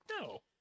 No